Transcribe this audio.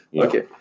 Okay